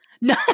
No